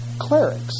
clerics